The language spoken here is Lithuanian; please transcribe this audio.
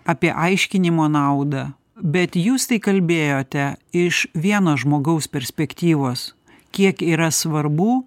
apie aiškinimo naudą bet jūs tai kalbėjote iš vieno žmogaus perspektyvos kiek yra svarbu